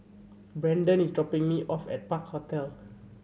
Brandon is dropping me off at Park Hotel